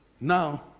Now